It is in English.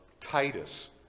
Titus